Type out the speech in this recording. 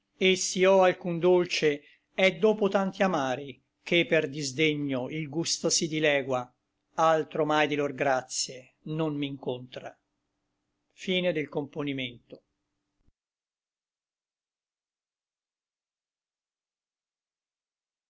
et s'i ò alcun dolce è dopo tanti amari che per disdegno il gusto si dilegua altro mai di lor gratie non m'incontra la